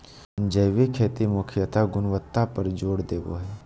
जैविक खेती मुख्यत गुणवत्ता पर जोर देवो हय